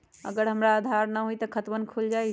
अगर आधार न होई त खातवन खुल जाई?